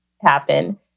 happen